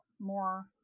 more